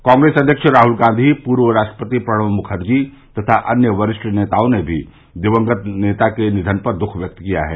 कांग्रेस अध्यक्ष राहल गांधी पूर्व राष्ट्रपति प्रणब मुखर्जी तथा अन्य वरिष्ठ नेताओं ने भी दिवंगत नेता के निधन पर दुख व्यक्त किया है